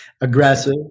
aggressive